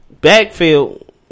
backfield